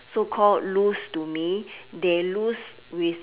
so called lose to me they lose with